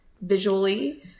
visually